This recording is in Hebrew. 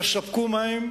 יספקו מים,